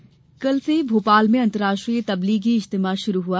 इज्तिमा कल से भोपाल में अंतर्राष्ट्रीय तब्लिगी इज्तिमा शुरू हुआ